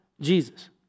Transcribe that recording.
Jesus